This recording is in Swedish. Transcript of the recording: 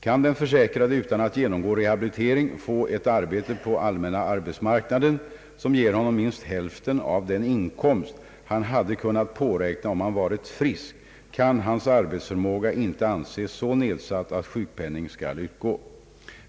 Kan den försäkrade utan att genomgå rehabilitering få ett arbete på allmänna arbetsmarknaden, som ger honom minst hälften av den inkomst han hade kunnat påräkna om han varit frisk, kan hans arbetsförmåga inte anses så nedsatt att sjukpenning skall utgå.